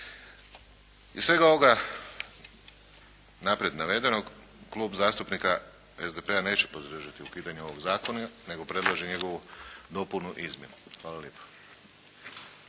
Iz svega ovoga naprijed navedenog Klub zastupnika SDP-a neće podržati ukidanje ovog zakona nego predlaže njegovu dopunu i izmjenu. Hvala lijepa.